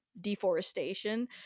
deforestation